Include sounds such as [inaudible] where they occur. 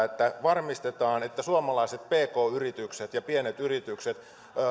[unintelligible] että varmistetaan että suomalaiset pk yritykset ja pienet yritykset